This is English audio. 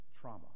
trauma